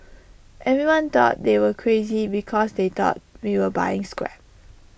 everyone thought they were crazy because they thought we were buying scrap